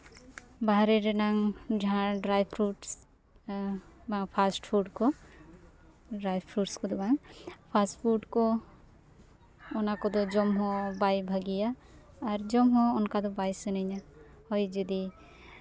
ᱵᱟᱦᱨᱮ ᱨᱮᱱᱟᱝ ᱡᱟᱦᱟᱸ ᱰᱨᱟᱭ ᱯᱷᱨᱩᱴᱥ ᱱᱚᱣᱟ ᱯᱷᱟᱥᱴ ᱯᱷᱩᱰ ᱠᱚ ᱰᱨᱟᱭ ᱯᱷᱨᱩᱴᱥ ᱠᱚᱫᱚ ᱵᱟᱝ ᱯᱷᱟᱥᱴ ᱯᱷᱩᱰ ᱠᱚ ᱚᱱᱟ ᱠᱚᱫᱚ ᱡᱚᱢ ᱦᱚᱸ ᱵᱟᱭ ᱵᱷᱟᱹᱜᱤᱭᱟ ᱟᱨ ᱡᱚᱢ ᱦᱚᱸ ᱚᱱᱠᱟ ᱫᱚ ᱵᱟᱭ ᱥᱟᱹᱱᱟᱹᱧᱟ ᱦᱳᱭ ᱡᱩᱫᱤ